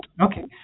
Okay